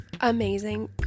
amazing